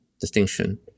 distinction